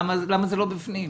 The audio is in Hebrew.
למה זה לא בפנים?